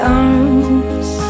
arms